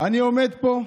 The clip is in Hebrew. אני עומד פה,